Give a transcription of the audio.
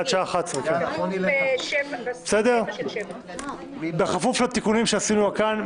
עד שעה 11. בכפוף לתיקונים שעשינו כאן,